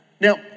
Now